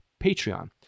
Patreon